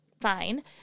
fine